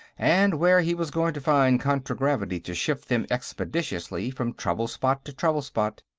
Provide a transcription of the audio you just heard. and where he was going to find contragravity to shift them expeditiously from trouble-spot to trouble-spot.